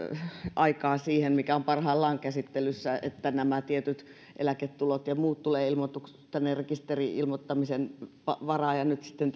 aikaa siihen mikä on parhaillaan käsittelyssä että nämä tietyt eläketulot ja ja muut tulevat rekisteri ilmoittamisen varaan nyt sitten